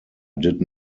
did